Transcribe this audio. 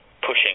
pushing